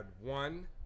one